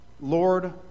Lord